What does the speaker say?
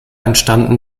entstanden